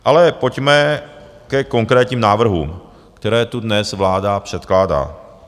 Ale pojďme ke konkrétním návrhům, které tu dnes vláda předkládá.